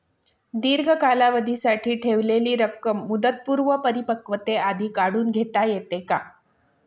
दीर्घ कालावधीसाठी ठेवलेली रक्कम मुदतपूर्व परिपक्वतेआधी काढून घेता येते का?